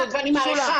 שירתי בצבא.